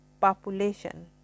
population